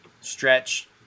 stretch